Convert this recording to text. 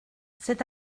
c’est